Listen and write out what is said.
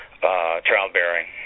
childbearing